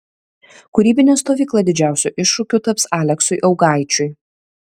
kūrybinė stovykla didžiausiu iššūkiu taps aleksui augaičiui